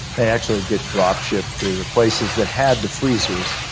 they actually get dropped shipped to the places that had the freezers.